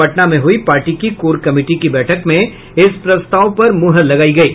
पटना में हुई पार्टी की कोर कमिटी की बैठक में इस प्रस्ताव पर मुहर लगायी गयी